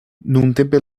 nuntempe